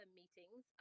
meetings